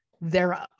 thereof